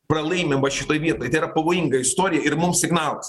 pralaimim va šitoj vietoj tai yra pavojinga istorija ir mums signalas